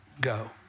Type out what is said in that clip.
go